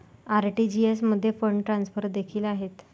RTGS मध्ये fund transfer देखील आहेत